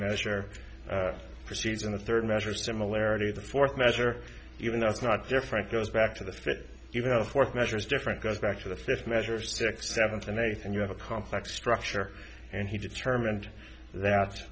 minister proceeds in the third measure similarity the fourth measure even though it's not different goes back to the fifth you have a fourth measures different goes back to the fifth measure sixth seventh and eighth and you have a complex structure and he determined that